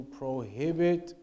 prohibit